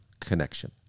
connection